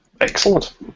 Excellent